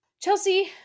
Chelsea